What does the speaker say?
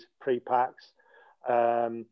pre-packs